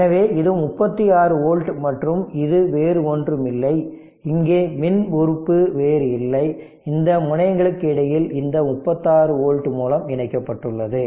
எனவே இது 36 வோல்ட் மற்றும் இது வேறு ஒன்றும் இல்லை இங்கே மின் உறுப்பு வேறு இல்லை இந்த முனையங்களுக்கு இடையில் இந்த 36 வோல்ட் மூலம் இணைக்கப்பட்டுள்ளது